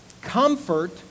Comfort